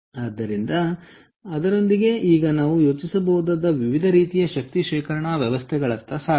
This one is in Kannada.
ಆದ್ದರಿಂದ ಅದರೊಂದಿಗೆ ಈಗ ನಾವು ಯೋಚಿಸಬಹುದಾದ ವಿವಿಧ ರೀತಿಯ ಶಕ್ತಿ ಶೇಖರಣಾ ವ್ಯವಸ್ಥೆಗಳತ್ತ ಸಾಗೋಣ